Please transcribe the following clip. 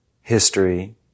history